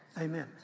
Amen